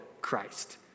Christ